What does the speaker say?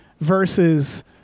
versus